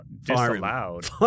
disallowed